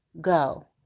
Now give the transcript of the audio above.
go